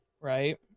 right